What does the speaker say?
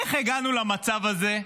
איך הגענו למצב הזה,